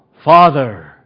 father